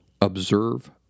observe